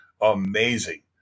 amazing